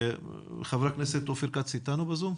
חבר הכנסת אופיר כץ איתנו בזום?